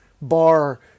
bar